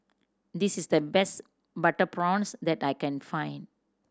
this is the best butter prawns that I can find